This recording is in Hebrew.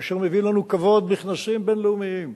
כאשר מביאים לנו כבוד בכנסים בין-לאומיים,